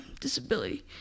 disability